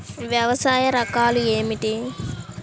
వ్యవసాయ రకాలు ఏమిటి?